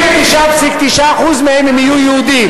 99.9% מהם יהיו יהודים.